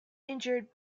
injured